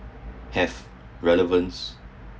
have relevance